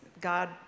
God